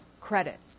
credit